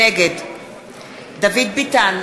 נגד דוד ביטן,